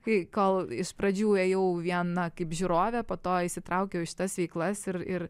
kai kol iš pradžių ėjau viena kaip žiūrovė po to įsitraukiau į šitas veiklas ir ir